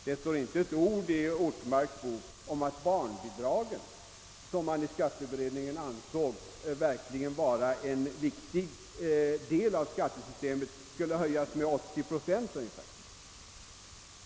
Det står inte ett ord i Ortmarks bok om att barnbidragen, som man i skatteberedningen ansåg vara en viktig del av skattesystemet, skulle höjas med ungefär 80 procent.